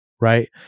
right